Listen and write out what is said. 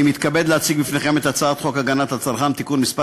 אני מתכבד להציג בפניכם את הצעת חוק הגנת הצרכן (תיקון מס'